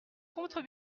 contre